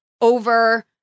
over